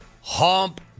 Hump